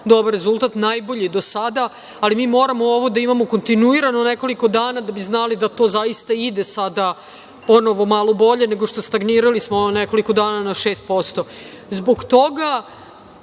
dobar rezultat, najbolji do sada, ali mi moramo ovo da imamo kontinuirano nekoliko dana da bi znali da to zaista ide sada ponovo malo bolje. Stagnirali smo nekoliko dana na 6%.Jutros